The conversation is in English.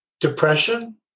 depression